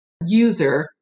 user